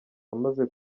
amaze